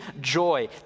joy